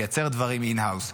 נייצר דברים in-house.